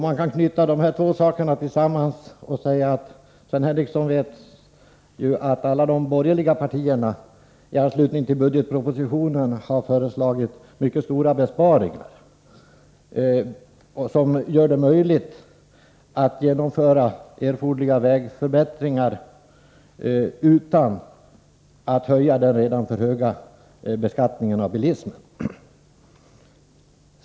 Man kan knyta samman de här båda sakerna och säga att Sven Henricsson ju vet att alla de borgerliga partierna i anslutning till budgetpropositionen har föreslagit mycket stora besparingar, som gör det möjligt att genomföra erforderliga vägförbättringar utan att höja den redan för höga beskattningen av bilismen.